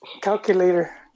calculator